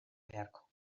beharko